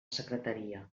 secretaria